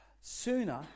Sooner